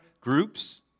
groups